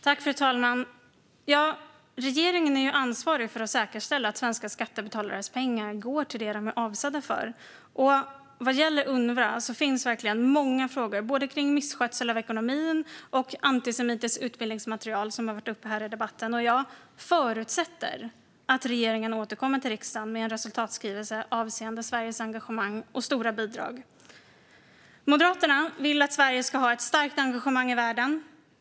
Fru talman! Regeringen är ansvarig för att säkerställa att svenska skattebetalares pengar går till det som de är avsedda för. Vad gäller Unrwa finns verkligen många frågor, både om misskötsel av ekonomin och om antisemitiskt utbildningsmaterial, som tagits upp i debatten här. Jag förutsätter att regeringen återkommer till riksdagen med en resultatskrivelse avseende Sveriges engagemang och stora bidrag. Moderaterna vill att Sverige ska ha ett starkt engagemang i världen.